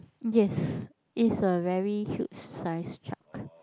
yes is a very huge size shark